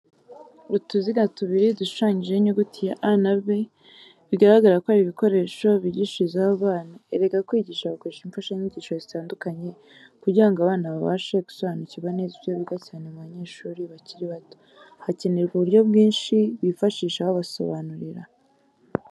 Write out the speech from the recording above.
Utuziga tubiri dushushanyijemo inyuguti ya A Na B, bigaragara ko aribikoresho bigishirizaho abana. Erega kwigisha bakoresha imfashanyigisho zitandukanye, kugira ngo abana babashe gusobanukirwa neza ibyo biga cyane mu banyeshuri bakiri bato, hakenerwa uburyo bwishi. bifashisha babasobanurira.